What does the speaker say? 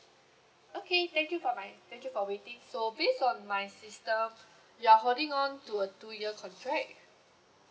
okay thank you for thank you for waiting so based on my system you are holding on to a two year contract